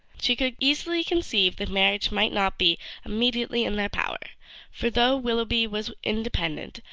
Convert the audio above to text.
she could easily conceive that marriage might not be immediately in their power for though willoughby was independent,